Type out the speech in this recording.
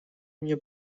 mnie